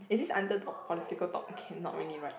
is this under the political talk okay not really right